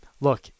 Look